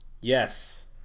Yes